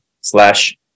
slash